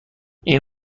این